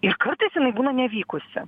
ir kartais būna nevykusi